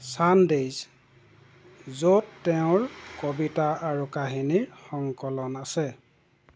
Sundays য'ত তেওঁৰ কবিতা আৰু কাহিনীৰ সংকলন আছে